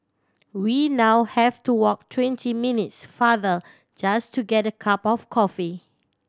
we now have to walk twenty minutes farther just to get a cup of coffee